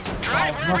drive